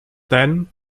then